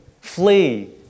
Flee